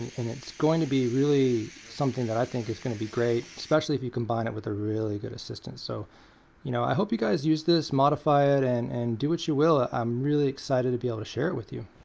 and it's going to be really something that i think is going to be great, especially if you combine it with a really good assistant. so you know i hope you guys use this, modify it, and and do it you will. ah i'm really excited to be able to share it with you.